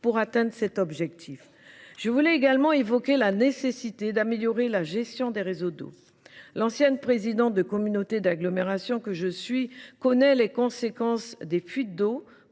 pour atteindre cet objectif ? Je veux également évoquer la nécessité d’améliorer la gestion des réseaux d’eau. L’ancienne présidente de communauté d’agglomération que je suis connaît les conséquences des fuites d’eau,